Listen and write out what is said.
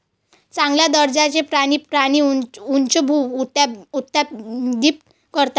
चांगल्या दर्जाचे प्राणी प्राणी उच्चभ्रू उत्पादित करतात